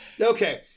Okay